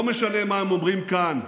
לא משנה מה הם אומרים כאן,